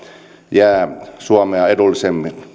jää suomea edullisemmaksi